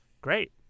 great